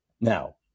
now